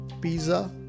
Pizza